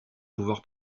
pouvoir